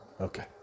okay